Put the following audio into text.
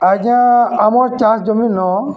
ଆଜ୍ଞା ଆମର୍ ଚାଷ୍ ଜମି ନ